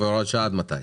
והוראת השעה עד מתי?